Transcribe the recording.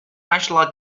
national